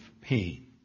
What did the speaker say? pain